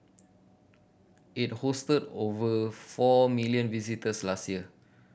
it hosted over four million visitors last year